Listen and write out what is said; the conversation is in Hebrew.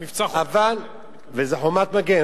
במבצע "חומת מגן".